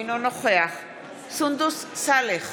אינו נוכח סונדוס סאלח,